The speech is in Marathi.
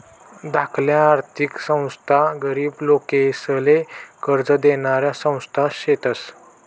धाकल्या आर्थिक संस्था गरीब लोकेसले कर्ज देनाऱ्या संस्था शेतस